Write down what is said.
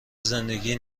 زندگی